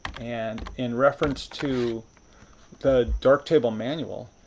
and in reference to the darktable manual,